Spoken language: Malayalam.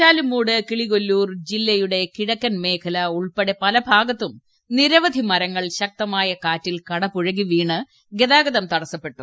അഞ്ചാലുംമൂട് കിളികൊല്ലൂർ ജില്ലയുടെ കിഴക്കൻ മേഖല ഉൾപ്പെടെ പലഭാഗത്തും നിരവധി മരങ്ങൾ ശക്തമായ കാറ്റിൽ കടപുഴകി വീണ് ഗതാഗതം തടസ്സപ്പെട്ടു